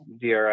dri